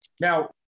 Now